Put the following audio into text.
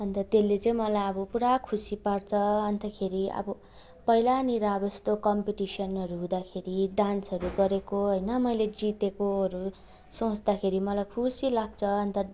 अन्त त्यसले चाहिँ मलाई अब पुरा खुसी पार्छ अन्तखेरि अब पहिलानिर अब यस्तो कम्पिटिसनहरू हुुँदाखेरि डान्सहरू गरेको होइन मैले जितेकोहरू सोच्दाखेरि मलाई खुसी लाग्छ अन्त